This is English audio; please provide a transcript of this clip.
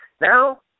Now